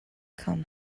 come